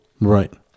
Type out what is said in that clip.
right